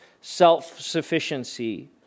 self-sufficiency